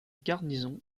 garnison